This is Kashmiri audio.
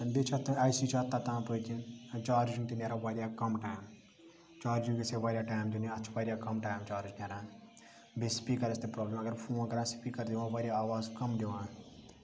بیٚیہِ چھ اتھ آی سی چھُ اتھ تَتان پٔتۍ کِن جارجِنٛگ تہِ نیران واریاہ کم ٹایم چارجِنٛگ گَژھِ ہا واریاہ ٹایم دیُن یہِ اتھ چھُ واریاہ کم ٹایم چارج نیران بیٚیہِ سپیٖکَرَس تہِ پرابلم اگر فون کَران سپیٖکَر دِوان واریاہ آواز کم دِوان